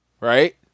Right